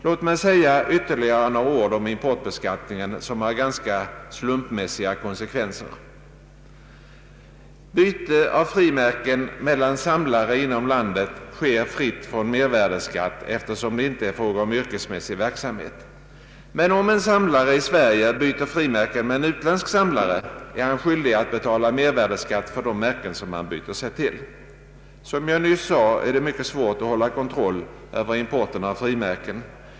Låt mig säga ytterligare några ord om importbeskattningen, som har ganska slumpmässiga verkningar. Byten av frimärken mellan samlare inom landet sker fritt från mervärdeskatt, eftersom det inte är fråga om yrkesmässig verksamhet. Men om en samlare i Sverige byter frimärken med en utländsk samlare, är han skyldig att betala mervärdeskatt för de märken han byter sig till. Som jag nyss sade är det mycket svårt att hålla kontroll över importen av frimärken.